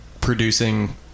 producing